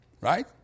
Right